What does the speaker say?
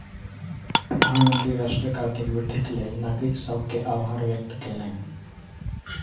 प्रधानमंत्री राष्ट्रक आर्थिक वृद्धिक लेल नागरिक सभ के आभार व्यक्त कयलैन